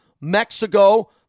Mexico